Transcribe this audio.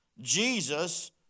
jesus